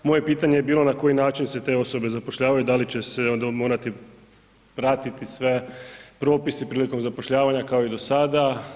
Moje pitanje je bilo na koji način se te osobe zapošljavaju da li će se onda morati pratiti svi propisi prilikom zapošljavanja kao i do sada.